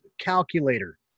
calculator